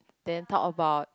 then talk about